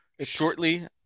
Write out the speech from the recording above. shortly